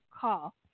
call